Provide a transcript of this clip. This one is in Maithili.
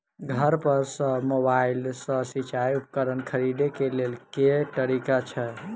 घर पर सऽ मोबाइल सऽ सिचाई उपकरण खरीदे केँ लेल केँ तरीका छैय?